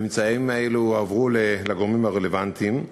הממצאים האלה הועברו לגורמים הרלוונטיים,